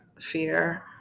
fear